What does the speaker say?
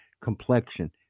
complexion